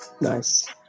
Nice